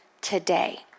today